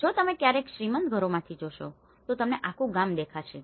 જો તમે ક્યારેય શ્રીમંત ઘરોમાંથી જોશો તો તમને આખું ગામ દેખાશે